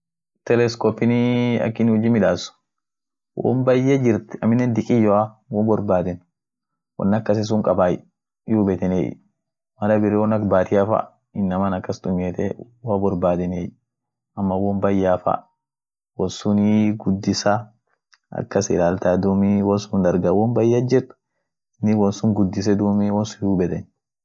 Credit cardii ak tumieten. ishinii bankiai, gar bankiakan siit kaneni sii midaaseni, ishin dumii peesan kasafudeta, peesanen kas kaayeta, peesan olkaayeta aminen wo pesa ak gatiafa fudeno feetinea ishiinen unum fudetaan ishi duum mara biri amootu peesanii kasafudenoa iyoo peesan kadeno ak gatia